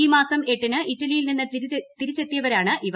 ഈ മാസം എട്ടിന് ഇറ്റലിയിൽ നിന്ന് തിരിച്ചെത്തിയവരായണ് ഇവർ